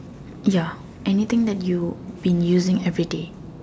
ya anything that you've been using every day